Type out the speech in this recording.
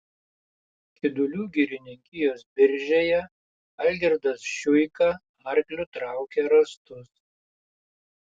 kidulių girininkijos biržėje algirdas šiuika arkliu traukė rąstus